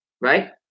right